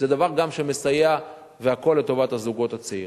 זה דבר גם שמסייע, והכול לטובת הזוגות הצעירים.